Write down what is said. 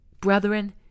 Brethren